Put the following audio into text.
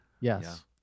Yes